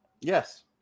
Yes